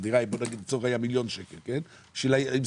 כי הדירה לצורך העניין מיליון שקלים.